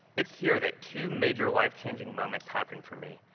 it's here that two major life-changing moments happened for me.